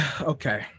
okay